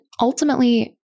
ultimately